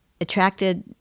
attracted